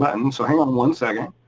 but and so hang on one second.